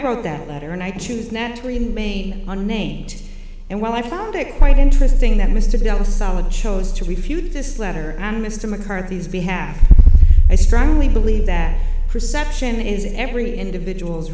wrote that letter and i choose not to remain unnamed and while i found it quite interesting that mr dunn solid chose to refute this letter and mr mccarthy's behalf i strongly believe that perception is in every individual's